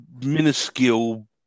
minuscule